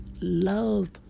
love